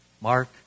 Mark